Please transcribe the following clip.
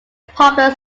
popular